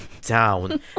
down